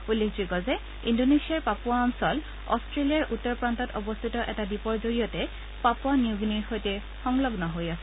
উল্লেখযোগ্য যে ইণ্ডোনেছিয়াৰ পাপুৱা অঞ্চল অট্টেলিয়াৰ উত্তৰ প্ৰান্তত অৱস্থিত এটা দ্বীপৰ জৰিয়তে পাপুৱা নিউগিনিৰ সৈতে সংলগ্ন হৈ আছে